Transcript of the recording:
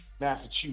Massachusetts